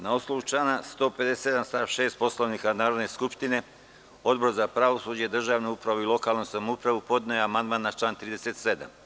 Na osnovu člana 157. stav 6. Poslovnika Narodne skupštine, Odbor za pravosuđe, državnu upravu i lokalnu samoupravu podneo je amandman na član 37.